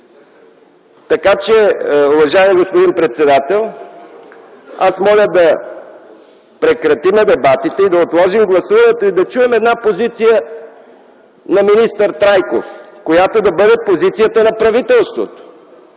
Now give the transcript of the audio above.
Уважаеми господин председател, моля да прекратим дебатите, да отложим гласуването и да чуем една позиция на министър Трайков, която да бъде позицията на правителството.